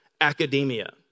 academia